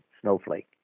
Snowflake